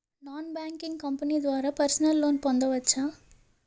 Non banking company ద్వారా personal loan పొందవచ్చా?